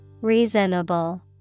Reasonable